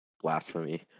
Blasphemy